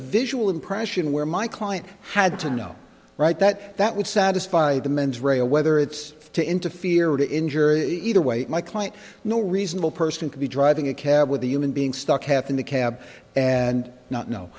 visual impression where my client had to know right that that would satisfy the mens rea a whether it's to interfere or to injure it either way my client no reasonable person could be driving a cab with a human being stuck half in the cab and not no